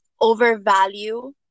overvalue